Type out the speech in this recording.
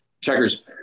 Checker's